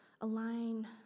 align